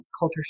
culture